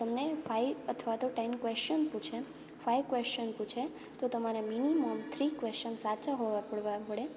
એ તમને ફાઇવ અથવા તો ટેન ક્વેશ્ચન પૂછે ફાઇવ ક્વેશ્ચન પૂછે તો તમારે મિનિમમ થ્રી ક્વેશ્ચન સાચા હોવા પડવા પડે